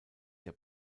der